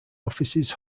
offices